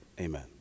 Amen